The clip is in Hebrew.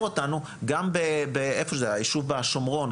גם ביישוב בשומרון,